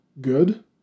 good